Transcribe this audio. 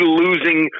losing